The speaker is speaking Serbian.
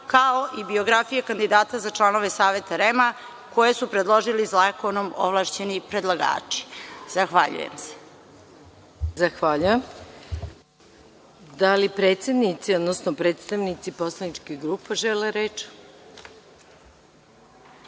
kao i biografije kandidata za članove Saveta REM koje su predložili zakonom ovlašćeni predlagači. Zahvaljujem se. **Maja Gojković** Zahvaljujem. Da li predsednici, odnosno predstavnici poslaničkih grupa žele reč?